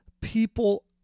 people